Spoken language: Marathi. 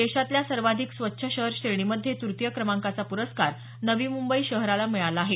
देशातल्या सर्वाधिक स्वच्छ शहर श्रेणीमध्ये तृतीय क्रमांकाचा प्रस्कार नवी मुंबई शहराला मिळाला आहे